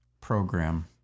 program